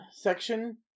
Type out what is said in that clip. section